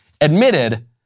admitted